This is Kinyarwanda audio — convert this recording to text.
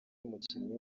mukinnyi